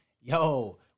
Yo